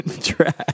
trash